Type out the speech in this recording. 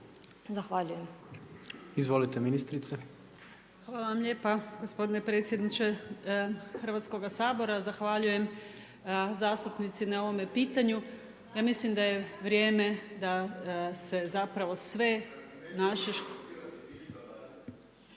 **Divjak, Blaženka** Hvala vam lijepa gospodine predsjedniče Hrvatskoga sabora. Zahvaljujem zastupnici na ovome pitanju, ja mislim da je vrijeme da se zapravo sve naše…